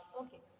okay